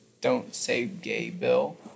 don't-say-gay-bill